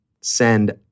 send